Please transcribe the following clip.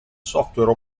software